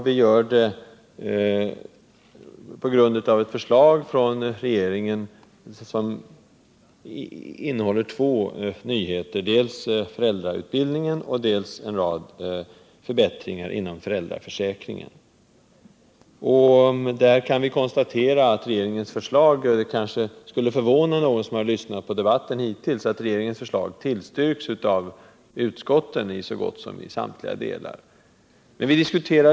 Vi gör det på grundval av ett förslag från regeringen, som innehåller två nyheter: dels föräldrautbildningen, dels en rad förbättringar inom föräldraförsäkringen. Det kanske förvånar någon som lyssnat på debatten hittills, men faktum är att utskotten i så gott som samtliga delar har tillstyrkt regeringens förslag.